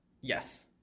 yes